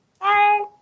Bye